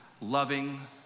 loving